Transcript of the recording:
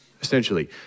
essentially